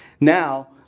Now